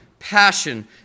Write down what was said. Passion